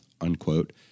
unquote